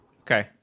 okay